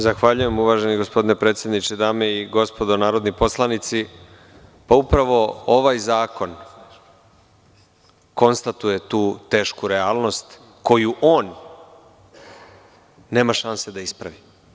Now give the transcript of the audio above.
Zahvaljujem, uvaženi gospodine predsedniče, dame i gospodo narodni poslanici, upravo ovaj zakon konstatuje tu tešku realnost koju on nema šanse da ispravi.